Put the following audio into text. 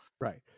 Right